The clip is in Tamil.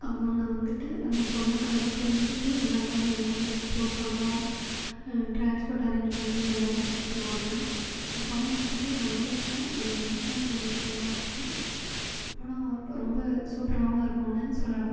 அவங்க வந்துட்டு அந்த பொண்ணுக்காக புரிஞ்சுக்கிட்டு அவங்களுக்கான எல்லா ஹெல்ப்பும் பணம் ட்ரான்ஸ்போர்ட் அரேஞ்ச்மென்ட்டு எல்லாமே பண்ணித் தருவாங்கள் அந்த படம் வந்துட்டு நல்லா இருக்கும் ஒரு எமோஷ்னல் ஃபீலிங்ஸாகவும் இருக்கும் படம் ரொம்ப சூப்பராகவும் இருக்கும்னு சொல்லலாம்